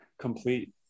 complete